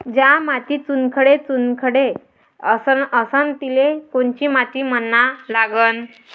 ज्या मातीत चुनखडे चुनखडे असन तिले कोनची माती म्हना लागन?